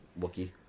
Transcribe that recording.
Wookie